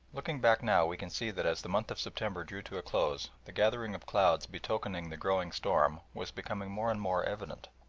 looking back now we can see that as the month of september drew to a close the gathering of clouds betokening the growing storm was becoming more and more evident.